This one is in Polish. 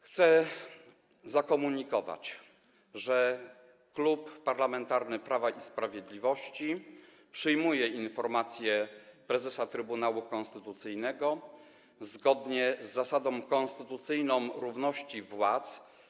Chcę zakomunikować, że Klub Parlamentarny Prawo i Sprawiedliwość przyjmuje informację prezesa Trybunału Konstytucyjnego zgodnie z konstytucyjną zasadą równości władz.